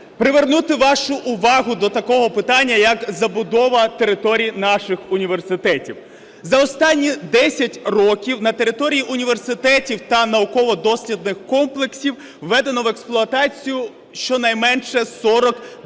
привернути вашу увагу до такого питання, як забудова територій наших університетів. За останні 10 років на території університетів та науково-дослідних комплексів введено в експлуатацію щонайменше 49 житлових